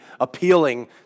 appealing